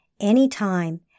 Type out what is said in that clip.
anytime